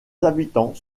habitants